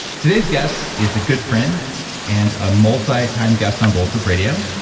today's guest is a good friend and a multi-time guest on bulletproof radio,